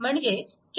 म्हणजेच KVL